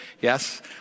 yes